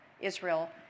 Israel